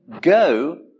go